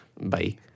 Bye